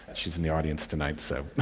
and she is in the audience tonight, so,